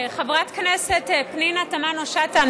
חברת הכנסת פנינה תמנו-שטה,